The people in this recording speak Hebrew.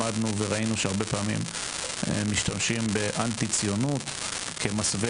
למדנו וראינו שהרבה פעמים משתמשים באנטי ציונות כמסווה